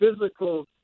physical